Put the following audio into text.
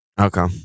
Okay